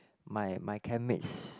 my my camp mates